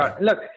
look